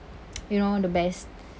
you know the best